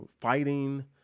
fighting